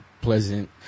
pleasant